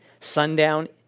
sundown